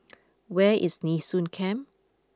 where is Nee Soon Camp